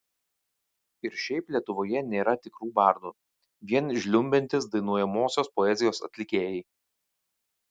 ir šiaip lietuvoje nėra tikrų bardų vien žliumbiantys dainuojamosios poezijos atlikėjai